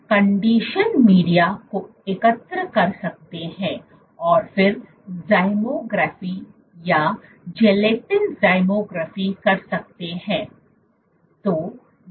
तो आप conditioned media को एकत्र कर सकते हैं और फिर झैमोग्राफी या जिलेटिन झैमोग्राफी कर सकते हैं